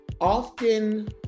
often